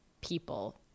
people